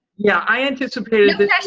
yeah. i anticipated